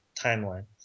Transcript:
timeline